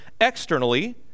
externally